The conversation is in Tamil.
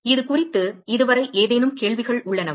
இது குறித்து இதுவரை ஏதேனும் கேள்விகள் உள்ளனவா